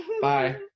Bye